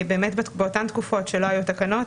באמת באותן תקופות שלא היו תקנות,